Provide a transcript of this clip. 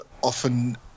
often